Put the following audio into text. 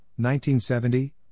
1970